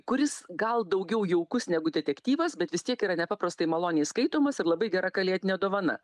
kuris gal daugiau jaukus negu detektyvas bet vis tiek yra nepaprastai maloniai skaitomas ir labai gera kalėdinė dovana